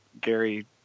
Gary –